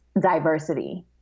diversity